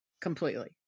completely